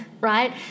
right